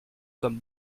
comme